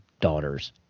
daughters